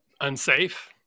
unsafe